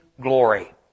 glory